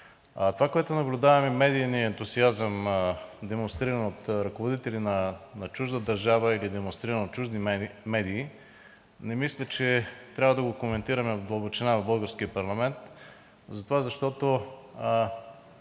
това, което наблюдаваме – медийния ентусиазъм, демонстриран от ръководители на чужда държава или демонстриран от чужди медии – не мисля, че трябва да го коментираме в дълбочина в българския парламент, защото